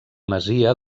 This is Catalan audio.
masia